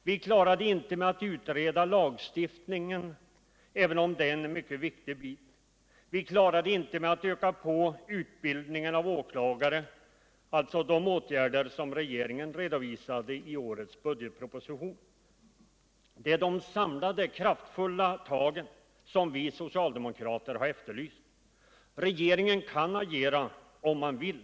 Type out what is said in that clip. Vi klarar det inte heller 121 med att utreda lagstiftningen, även om det är en mycket viktig bit, liksom vi inte klarar det med att öka på utbildningen av åklagare — alltså de åtgärder som regeringen redovisar i årets budgetproposition. Det är de samlade kraftfulla tagen som vi socialdemokrater har efterlyst. Regeringen kan agera, om den vill.